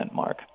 mark